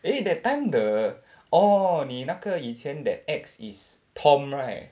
eh that time the orh 你那个以前 that ex is tom right